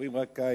רואים רק קיץ,